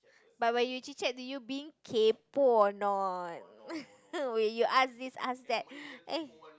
but when you chit chat do you being kaypoh or not when you ask this ask that eh